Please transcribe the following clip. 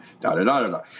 da-da-da-da-da